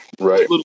right